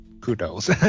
kudos